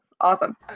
awesome